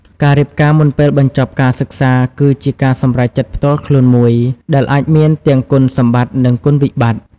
ការរៀបការមុនពេលបញ្ចប់ការសិក្សាគឺជាការសម្រេចចិត្តផ្ទាល់ខ្លួនមួយ ដែលអាចមានទាំងគុណសម្បត្តិ និងគុណវិបត្តិ។